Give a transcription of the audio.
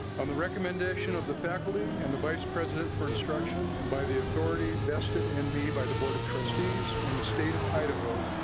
um the recommendation of the faculty and the vice president for instruction. and by the authority vested in me by the board of trustees in the state of idaho.